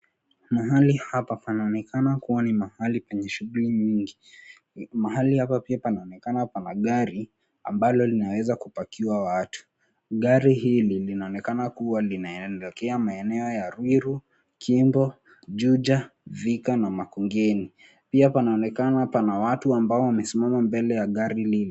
Mahali hapa panaonekana kuwa ni mahali penye shuguli nyingi, Mahali hapa pia panaonekana pana gari ambalo linaweza kupakiwa watu. Gari hili linaonekana kuwa linaelekea maenea ya Ruiru , kimbo, Juja Thika na Makongeni. Pia panaonekana pana watu ambao wamesimama mbele ya gari lile.